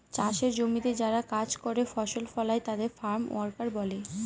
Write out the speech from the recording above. চাষের জমিতে যারা কাজ করে ফসল ফলায় তাদের ফার্ম ওয়ার্কার বলে